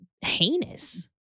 heinous